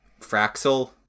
Fraxel